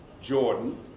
Jordan